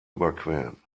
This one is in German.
überqueren